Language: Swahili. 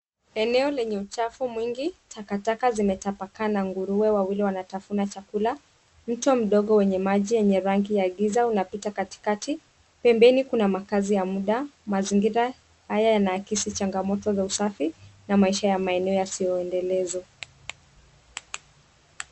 Eneo lenye uchafu mwingi takataka imetapaka na nguruwe wawili wanatafuna chakula. Mto mdogo wenye maji yenye rangi ya giza unapita katikati, pembeni kuna makaazi ya mda. Mzingira haya yanaakisi changamoto ya usafi na maisha ya maeneo yasiyoendelezwa